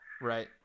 Right